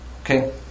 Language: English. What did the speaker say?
Okay